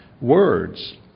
words